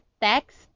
text